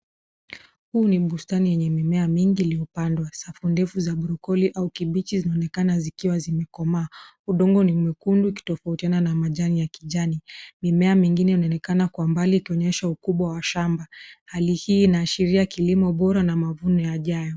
Huu ni bustani yenye mingi iliyopandwa . Safu ndefu za brokoli au kibichi zinaonekana zikiwa zimekomaa . Udongo ni mwekundu ukitofautiana na majani ya kijani. Mimea mingine inaonekana kwa mbali ikionyesha ukubwa wa shamba . Hali hii inaashiria kilimo bora na mavuno yajayo.